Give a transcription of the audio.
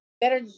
better